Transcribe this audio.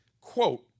quote